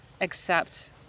accept